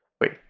Wait